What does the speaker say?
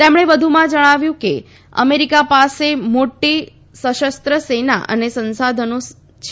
તેમણે વધુમાં જણાવ્યું કે અમેરિકા પાસે મોટી સશસ્ર સેના અને સંસાધનો છે